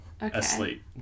Asleep